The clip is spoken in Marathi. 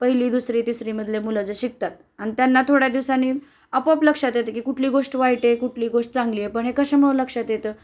पहिली दुसरी तिसरीमधले मुलंच शिकतात आणि त्यांना थोड्या दिवसानी आपोआप लक्षात येतं की कुठली गोष्ट वाईट आहे कुठली गोष्ट चांगली आहे पण हे कशामुळं लक्षात येतं